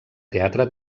teatre